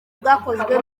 bwakozwe